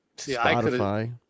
Spotify